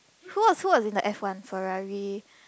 who was who was in the F one Ferrari